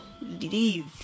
leave